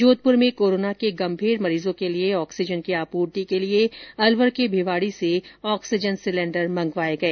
जोधपुर में कोरोना के गंभीर मरीजों के लिए ऑक्सीजन की आपूर्ति के लिए अलवर के भिवाड़ी से ऑक्सीजन सिलेंडर मंगवाए गए